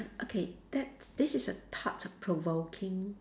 okay that this is a thought provoking